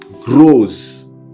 grows